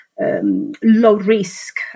low-risk